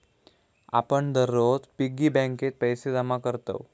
आपण दररोज पिग्गी बँकेत पैसे जमा करतव